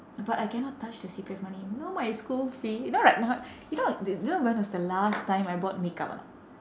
but I cannot touch the C_P_F money you know my school fee you know right now you know the you know when was the last time I bought makeup or not